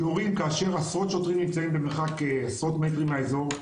יורים כאשר עשרות שוטרים נמצאים במרחק עשרות מטרים מהאזור,